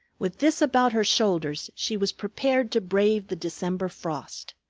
with this about her shoulders she was prepared to brave the december frost.